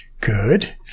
Good